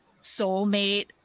soulmate